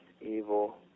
evil